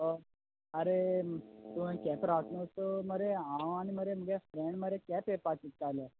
हय आरे तुवें हिंगा केपें रावता न्हू सो मरे हांव आनी मरे म्हगे फ्रेंड मरे केपें येवपा चित्ताले